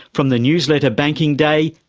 from the newsletter banking day,